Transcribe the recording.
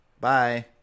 Bye